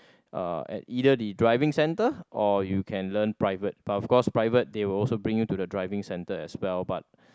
uh at either the driving centre or you can learn private but of course private they will also bring you to the driving centre as well but